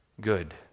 good